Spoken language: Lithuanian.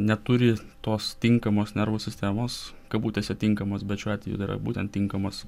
neturi tos tinkamos nervų sistemos kabutėse tinkamos bet šiuo atveju tai yra būtent tinkamos